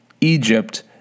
Egypt